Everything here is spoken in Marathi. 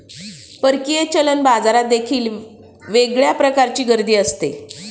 परकीय चलन बाजारात देखील वेगळ्या प्रकारची गर्दी असते